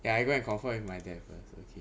ya I go and confirm with my dad first okay